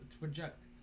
project